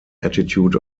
attitude